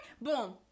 boom